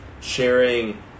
sharing